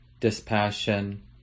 dispassion